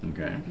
Okay